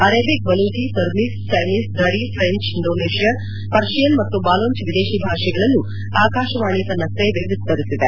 Arabic Baluchi Burmese Chinese Dari French Indonesia Persian ಮತ್ತು ಬಾಲೋಂಚ್ ವಿದೇಶಿ ಭಾಷೆಗಳಲ್ಲೂ ಆಕಾಶವಾಣಿ ತನ್ನ ಸೇವೆ ವಿಸ್ತರಿಸಿದೆ